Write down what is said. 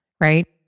right